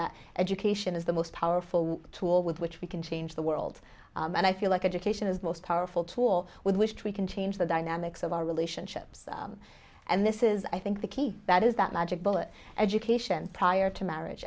that education is the most powerful tool with which we can change the world and i feel like education is the most powerful tool with wished we can change the dynamics of our relationships and this is i think the key that is that magic bullet education prior to marriage